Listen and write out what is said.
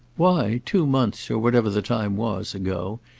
why, two months, or whatever the time was, ago,